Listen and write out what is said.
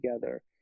together